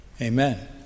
Amen